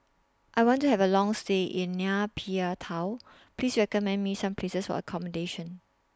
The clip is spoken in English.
I want to Have A Long stay in Nay Pyi Taw Please recommend Me Some Places For accommodation